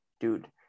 dude